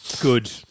Good